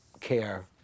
care